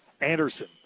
Anderson